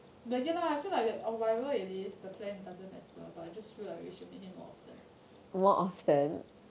but ya lah I feel like that or whatever it is the plan doesn't matter but I just feel like we should meet him more often